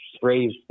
phrase